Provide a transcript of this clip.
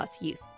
youth